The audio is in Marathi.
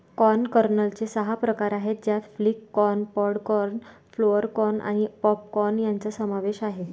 कॉर्न कर्नलचे सहा प्रकार आहेत ज्यात flint corn, pod corn, flour corn आणि पॉप कॉर्न यांचा समावेश आहे